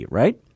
right